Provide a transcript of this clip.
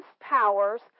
powers